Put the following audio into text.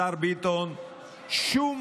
השר ביטון, שום